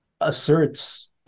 asserts